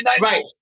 Right